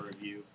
review